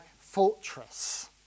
fortress